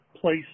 place